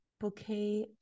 bouquet